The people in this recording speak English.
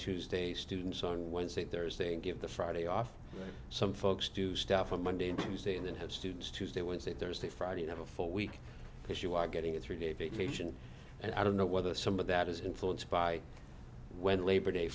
tuesday students on wednesday thursday and give the friday off some folks do stuff on monday and tuesday and then have students tuesday wednesday thursday friday have a full week because you are getting a three day vacation and i don't know whether some of that is influenced by when labor day